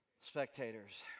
spectators